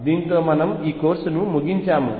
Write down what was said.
దీనితో మనము ఈ కోర్సును ముగించాము